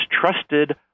trusted